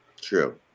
True